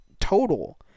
total